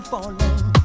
Falling